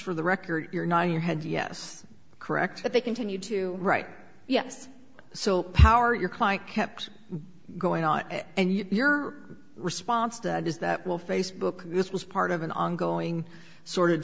for the record you're not your head yes correct but they continue to write yes so power your client kept going on and your response to it is that will facebook this was part of an ongoing sort of